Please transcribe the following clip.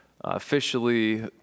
officially